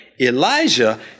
Elijah